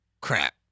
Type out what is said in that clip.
crap